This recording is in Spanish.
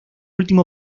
último